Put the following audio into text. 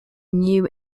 new